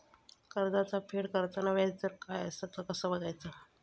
कर्जाचा फेड करताना याजदर काय असा ता कसा बगायचा?